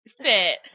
fit